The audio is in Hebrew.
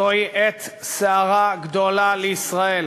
זוהי עת סערה גדולה לישראל,